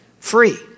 free